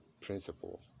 principle